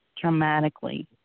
dramatically